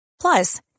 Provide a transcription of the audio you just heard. Plus